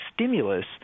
stimulus